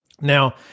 Now